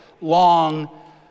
long